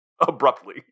abruptly